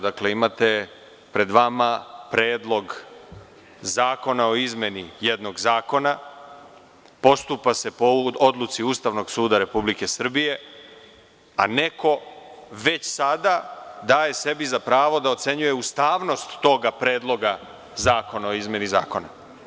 Dakle, imate pred vama Predlog zakona o izmeni jednog zakona, postupa se po odluci Ustavnog suda Republike Srbije, a neko već sada daje sebi za pravo da ocenjuje ustavnost toga predloga zakona o izmeni zakona.